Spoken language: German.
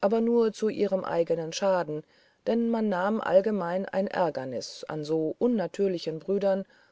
aber nur zu ihrem eigenen schaden denn man nahm allgemein ein ärgernis an so unnatürlichen brüdern